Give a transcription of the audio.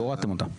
הורדתם אותה.